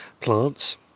plants